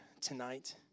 tonight